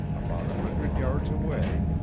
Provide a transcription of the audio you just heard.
about a hundred yards away,